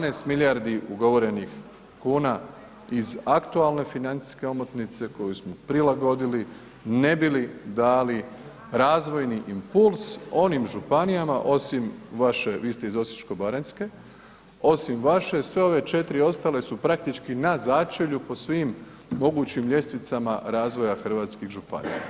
12 milijardi ugovorenih kuna iz aktualne financijske omotnice koju smo prilagodili ne bi li dali razvojni impuls onim županijama osim vaše, vi ste iz Osječko-baranjske, osim vaše sve ove 4 ostale su praktički na začelju po svim mogućim ljestvicama razvoja hrvatskih županija.